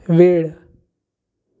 वेळ